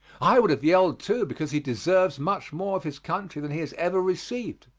i would have yelled too, because he deserves much more of his country than he has ever received.